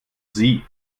sie